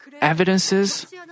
evidences